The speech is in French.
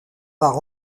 par